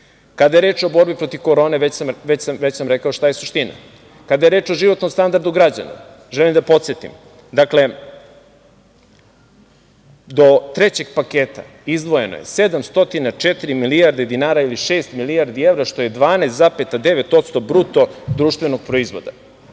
je reč o borbi protiv korone, već sam rekao šta je suština. Kada je reč o životnom standardu građana, želim da podsetim, dakle, do trećeg paketa izdvojeno je 704 milijardi dinara ili 6 milijardi evra, što je 12,9 posto BDP.Ima li jedna